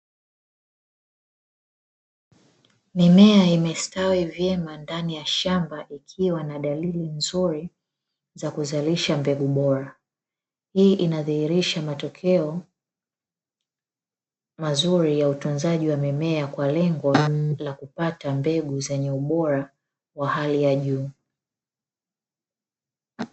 Mimea imestawi vyema ndani ya shamba ikiwa na dalili nzuri za kuzalisha mbegu bora, hii inadhihilisha matokeo mazuri ya utunzaji wa mimea kwa lengo la kupata mbegu zenye ubora wa hali ya juu.